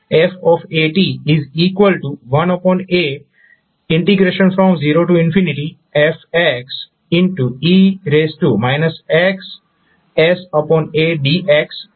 તો ℒ f1a0fe x sadx થશે